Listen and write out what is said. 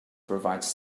provides